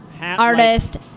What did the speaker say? artist